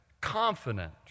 confident